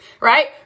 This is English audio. right